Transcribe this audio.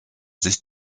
sich